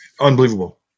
unbelievable